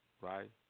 right